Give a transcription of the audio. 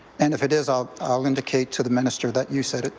and if it is, i'll i'll indicate to the minister that you said it,